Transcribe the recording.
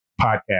podcast